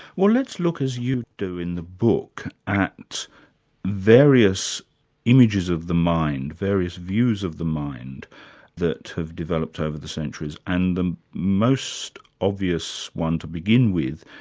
well let's look, as you do in the book, at various images of the mind, various views of the mind that have developed over the centuries, and the most obvious one to begin with,